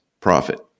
profit